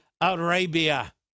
Arabia